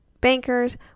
bankers